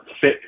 fit